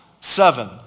seven